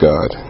God